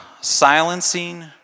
silencing